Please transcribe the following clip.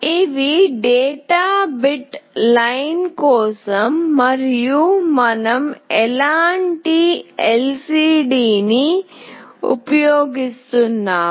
ఇవి data bit line కోసం మరియు మనం ఎలాంటి ఎల్సిడిని ఉపయోగిస్తున్నాము